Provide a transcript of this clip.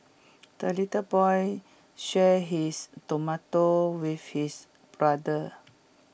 the little boy shared his tomato with his brother